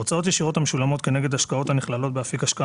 הוצאות ישירות המשולמות כנגד השקעות הנכללות באפיק השקעה